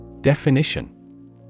Definition